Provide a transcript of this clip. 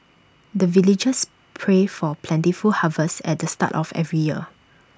the villagers pray for plentiful harvest at the start of every year